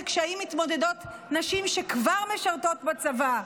קשיים מתמודדות נשים שכבר משרתות בצבא,